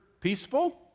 peaceful